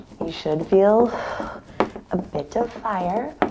you should feel a bit of fire.